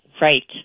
Right